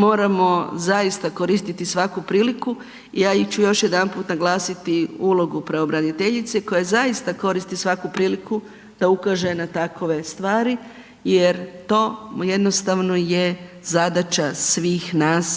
moramo zaista koristiti svaku priliku. Ja ću još jedanput naglasiti ulogu pravobraniteljice koja zaista koristi svaku priliku da ukaže na takove stvari jer to jednostavno je zadaća svih nas